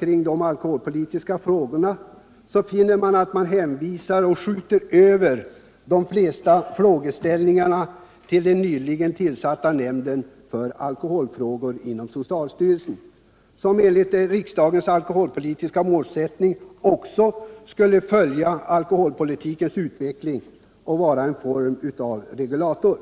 kring de alkoholpolitiska frågorna, finner vi att man i utskottet skjuter över de flesta frågeställningarna till den nyligen tillsatta nämnden för alkoholfrågor inom socialstyrelsen, vilken enligt riksdagens alkoholpolitiska målsättning också skall följa alkoholpolitikens utveckling och vara en form av regulator.